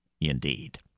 Indeed